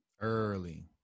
Early